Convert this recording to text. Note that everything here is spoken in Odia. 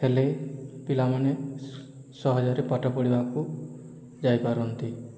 ହେଲେ ପିଲାମାନେ ସହଜରେ ପାଠ ପଢ଼ିବାକୁ ଯାଇପାରନ୍ତି